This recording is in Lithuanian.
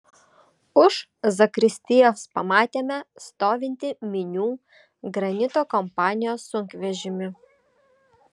už zakristijos pamatėme stovintį minių granito kompanijos sunkvežimį